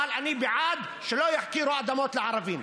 אבל אני בעד שלא יחכירו אדמות לערבים,